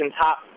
top